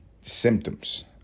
symptoms